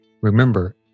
Remember